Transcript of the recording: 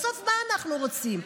בסוף, מה אנחנו רוצים?